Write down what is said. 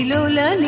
Lola